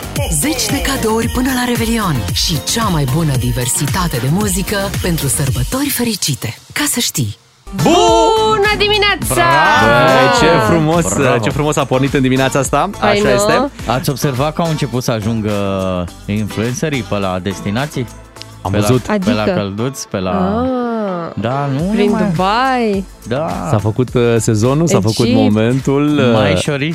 Zeci de cadouri până la Revelion și cea mai bună diversitate de muzică pentru sărbători fericite. Ca să știi. Bună dimineața! Bravo! Băi, ce frumos, Bravo! ce frumos a pornit în dimineața asta. Păi Așa nu? este. Ați observat că au început să ajungă influencerii pe la destinații? Am Pe la- văzut. Adică? pe la călduț, pe la- Ah! Da, nu Prin ne mai- Dubai? Da. S-a făcut, uh, sezonul, s-a În făcut Egipt? momentul, Mai uh, ai șorici?